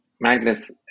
Magnus